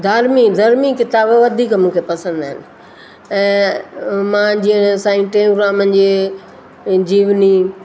धार्मी धर्मी किताब वधीक मूंखे पसंदि आहिनि ऐं मां जीअं साईं टेऊंराम जे जीवनी